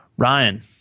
Ryan